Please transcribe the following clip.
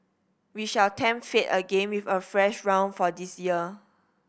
we shall tempt fate again with a fresh round for this year